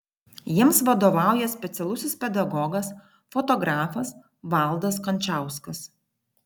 jiems vadovauja specialusis pedagogas fotografas valdas kančauskas